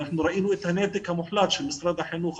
אנחנו ראינו את הנתק המוחלט של משרד החינוך,